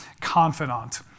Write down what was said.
confidant